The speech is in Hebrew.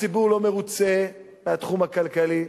הציבור לא מרוצה מהתחום הכלכלי,